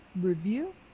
review